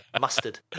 mustard